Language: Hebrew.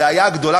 הבעיה הגדולה,